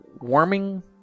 warming